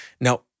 Now